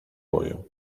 boję